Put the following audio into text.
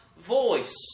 voice